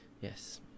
Yes